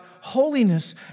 holiness